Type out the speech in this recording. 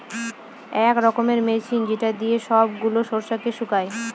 এক রকমের মেশিন যেটা দিয়ে সব গুলা শস্যকে শুকায়